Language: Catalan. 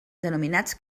denominats